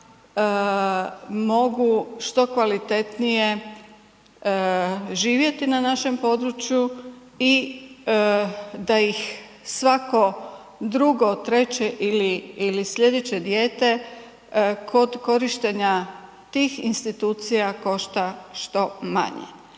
mogu što kvalitetnije živjeti na našem području i da ih svako drugo, treće ili sljedeće dijete kod korištenja tih institucija košta što manje.